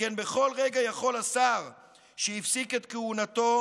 שכן בכל רגע יכול השר שהפסיק את כהונתו